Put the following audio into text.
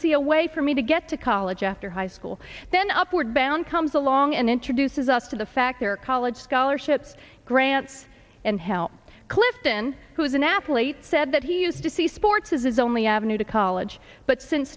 see a way for me to get to college after high school then upward bound comes along and introduces us to the fact there are college scholarships grants and help clifton who's an athlete said that he used to see sports is his only avenue to college but since